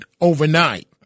overnight